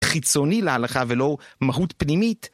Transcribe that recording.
חיצוני להלכה, ולא מהות פנימית.